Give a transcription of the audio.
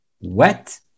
wet